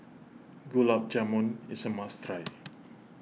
Gulab Jamun is a must try